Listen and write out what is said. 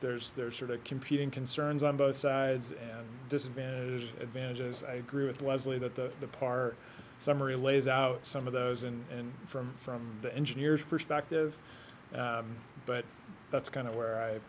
there's there are sort of competing concerns on both sides and disadvantage advantages i agree with was really that the par summary lays out some of those and from from the engineers perspective but that's kind of where i